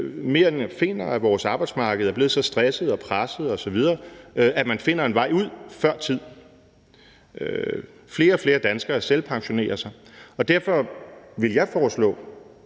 flere finder, at vores arbejdsmarked er blevet så stresset og presset osv., at man finder en vej ud før tid. Flere og flere danskere selvpensionerer sig. Derfor ville jeg foreslå